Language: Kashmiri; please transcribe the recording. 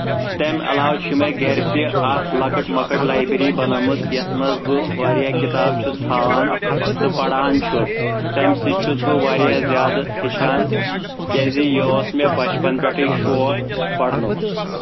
تَمہِ علاوٕ چھُ مےٚ گرِ تہِ اکھ لۄکٕٹ مۄکٕٹ لایبیری بَنٲومٕژ یِتھ منٛز بہٕ واریاہ کِتاب چھُس تھاون تہٕ پَران چھُس تَمہِ سۭتۍ چھُس بہٕ واریاہ زیادٕ ہیٚچھان تِکیٚازِ یہِ اوس مےٚ بَچپن پٮ۪ٹھٕے شوق پرنُک